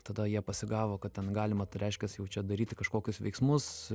tada jie pasigavo kad ten galima tai reiškias jau čia daryti kažkokius veiksmus